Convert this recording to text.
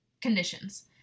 conditions